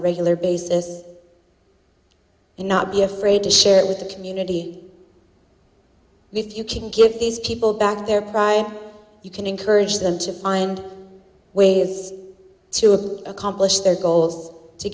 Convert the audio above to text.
a regular basis and not be afraid to share it with the community if you can give these people back their pride you can encourage them to find ways to a accomplish their goals to